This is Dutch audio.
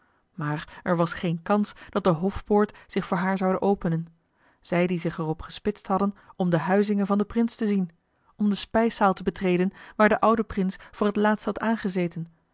maar er was geene kans dat de hofpoort zich voor haar zoude openen zij die zich er op gespitst hadden om de huizinge van den prins te zien om de spijszaal te betreden waar de oude prins voor het laatst had aangezeten